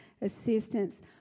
assistance